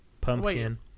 pumpkin